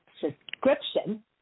subscription